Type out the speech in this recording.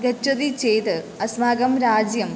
गच्छति चेत् अस्माकं राज्यम्